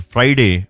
Friday